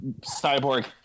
cyborg